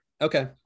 Okay